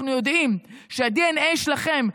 אנחנו יודעים שהדנ"א שלכם,